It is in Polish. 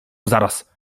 zaraz